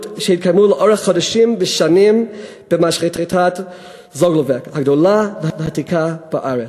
שהתקיימו לאורך חודשים ושנים במשחטת "זוגלובק" הגדולה והוותיקה בארץ.